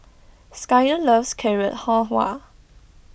Skyler loves Carrot Halwa